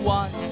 one